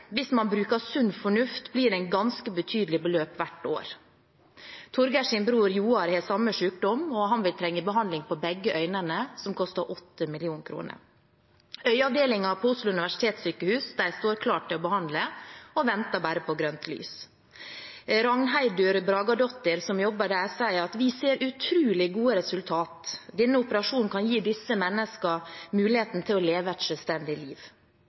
hvis jeg går her blind og ufør? Hvis man bruker sunn fornuft blir det et ganske betydelig beløp hvert år.» Torgers bror Joar har samme sykdom, og han vil trenge behandling på begge øynene, som koster 8 mill. kr. Øyeavdelingen på Oslo universitetssykehus står klar til å behandle og venter bare på grønt lys. Ragnheidur Bragadottir, som jobber der, sier: «Vi ser utrolig gode resultater. Denne operasjonen kan gi disse menneskene muligheten til å leve et selvstendig liv.»